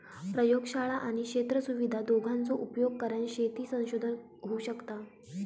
प्रयोगशाळा आणि क्षेत्र सुविधा दोघांचो उपयोग करान शेती संशोधन होऊ शकता